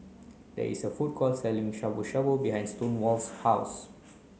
there is a food court selling Shabu Shabu behind Stonewall's house